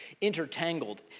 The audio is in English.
intertangled